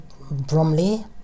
Bromley